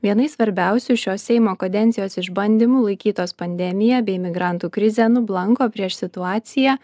viena iš svarbiausių šio seimo kadencijos išbandymų laikytos pandemija bei migrantų krizė nublanko prieš situaciją